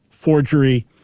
forgery